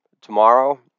tomorrow